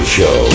Show